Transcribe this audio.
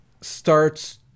starts